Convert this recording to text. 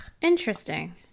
Interesting